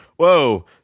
Whoa